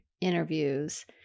interviews